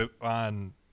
on